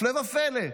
הפלא ופלא.